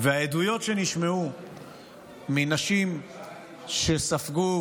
העדויות שנשמעו מנשים שספגו